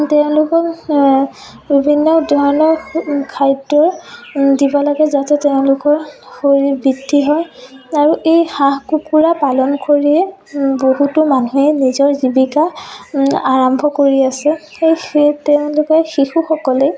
তেওঁলোকক বিভিন্ন ধৰণৰ খাদ্য দিব লাগে যাতে তেওঁলোকৰ শৰীৰ বৃদ্ধি হয় আৰু এই হাঁহ কুকুৰা পালন কৰিয়েই বহুতো মানুহে নিজৰ জীৱিকা আৰম্ভ কৰি আছে সেই সেই তেওঁলোকৰ শিশুসকলে